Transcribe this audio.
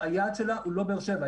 היעד שלה הוא לא באר שבע.